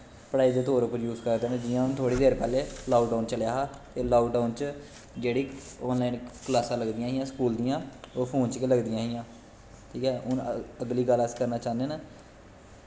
पढ़ाई दे तौर पर यूज करदे न जियां हून थोह्ड़ी देर पैह्लें लाक डाउन चलेआ हा ते लाकडाउन च जेह्ड़ी आन लाईन कलासां लगदियां हां स्कूल दियां ओह् फोन च गै लगदियां हां ठीक ऐ अगली कलास करना चाह्ने न